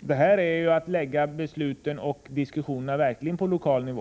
Detta är ju att verkligen lägga besluten och diskussionerna på lokal nivå.